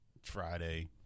Friday